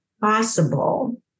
possible